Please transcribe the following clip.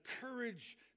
courage